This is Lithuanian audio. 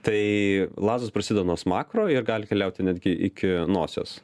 tai lazdos prasideda nuo smakro ir gali keliauti netgi iki nosios